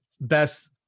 best